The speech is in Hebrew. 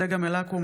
צגה מלקו,